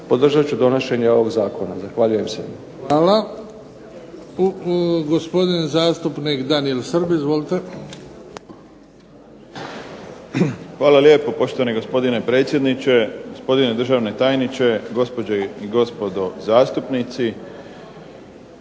podržat ću donošenje ovoga zakona. Zahvaljujem se. **Bebić, Luka (HDZ)** Hvala. Gospodin zastupnik Daniel Srb. Izvolite. **Srb, Daniel (HSP)** Hvala lijepo. Poštovani gospodine predsjedniče, gospodine državni tajniče, gospođe i gospodo zastupnici.